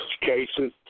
cases